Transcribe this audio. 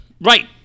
Right